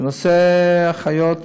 בנושא אחיות,